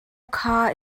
kha